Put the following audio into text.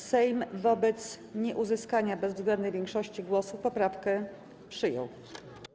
Sejm wobec nieuzyskania bezwzględnej większości głosów poprawkę przyjął.